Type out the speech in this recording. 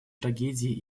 трагедии